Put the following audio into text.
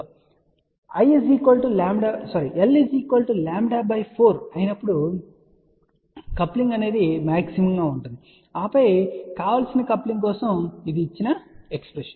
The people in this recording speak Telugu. కాబట్టి l λ 4 అయినప్పుడు కప్లింగ్ అనేది మాక్సిమమ్ గా ఉంటుంది ఆపై కావలసిన కప్లింగ్ కోసం ఇది ఇచ్చిన ఎక్స్ప్రెషన్ సరే